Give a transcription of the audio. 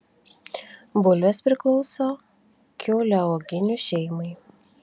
bulvės priklauso kiauliauoginių šeimai